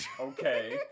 Okay